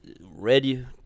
ready